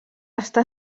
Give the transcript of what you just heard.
està